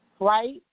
right